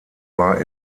war